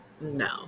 no